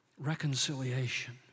Reconciliation